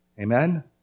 Amen